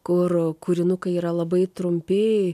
kur kūrinukai yra labai trumpi